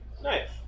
nice